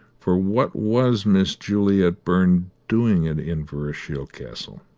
for what was miss juliet byrne doing at inverashiel castle?